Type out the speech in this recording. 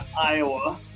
Iowa